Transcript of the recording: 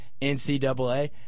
NCAA